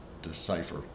decipher